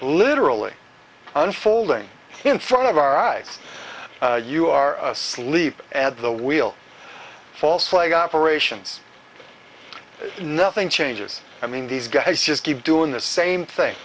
literally unfolding in front of our eyes you are asleep at the wheel false flag operations nothing changes i mean these guys just keep doing the same thing